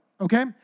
okay